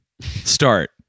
Start